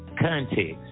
context